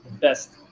best